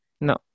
No